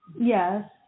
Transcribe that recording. Yes